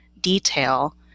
detail